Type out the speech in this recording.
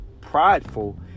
prideful